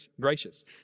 gracious